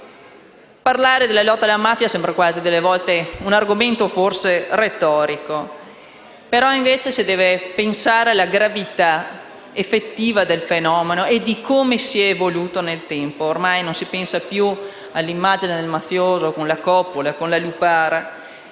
volte la lotta alla mafia sembra quasi un argomento retorico, mentre si deve pensare alla gravità effettiva del fenomeno e di come esso si è evoluto nel tempo. Ormai non si pensa più all'immagine del mafioso con la coppola e la lupara,